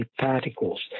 particles